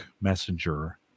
messenger